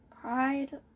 pride